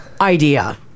idea